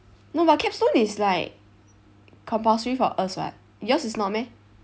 no but capstone is like compulsory for us [what] yours is not meh